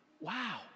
Wow